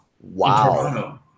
Wow